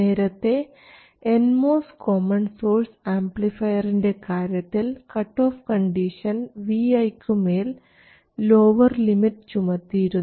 നേരത്തെ N MOS common source ആംപ്ലിഫയറിൻറെ കാര്യത്തിൽ കട്ട് ഓഫ് കണ്ടീഷൻ vi ക്കു മേൽ ലോവർ ലിമിറ്റ് ചുമത്തിയിരുന്നു